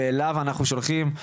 ואליו אנחנו שולחים,